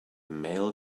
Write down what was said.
mail